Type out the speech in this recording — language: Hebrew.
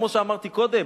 כמו שאמרתי קודם,